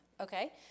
Okay